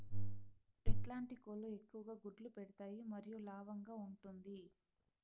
ఎట్లాంటి కోళ్ళు ఎక్కువగా గుడ్లు పెడతాయి మరియు లాభంగా ఉంటుంది?